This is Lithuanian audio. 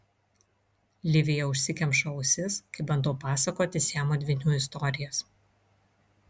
livija užsikemša ausis kai bandau pasakoti siamo dvynių istorijas